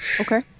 Okay